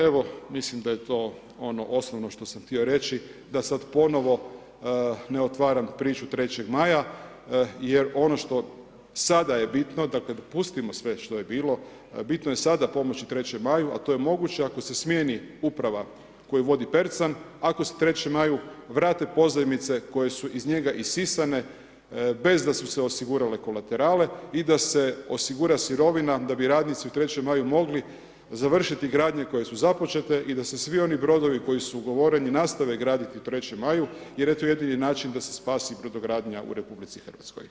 Evo, mislim da je to ono osnovno što sam htio reći, da sada ponovno ne otvaram priču 3.Maja, jer ono što sada je bitno, da kada pustimo sve što je bilo, bitno je sada pomoći 3. Maju a to je moguće ako se smjeni uprava koju vodi Percan, ako 3. Maju vrate pozajmice koje su iz njega isisane bez da su se osigurale kolaterale i da se osigura sirovina, da bi radnici u 3.Maju mogli završiti gradnje koje su započete i da se svi oni brodovi koji su ugovoreni nastave graditi u 3.Maju jer je to jedini način da se spasi brodogradnja u RH.